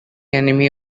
enemy